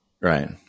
Right